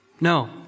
No